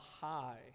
high